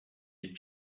had